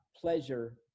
pleasure